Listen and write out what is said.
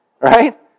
Right